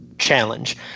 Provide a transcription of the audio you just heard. Challenge